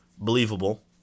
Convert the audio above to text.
Believable